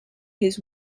his